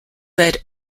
led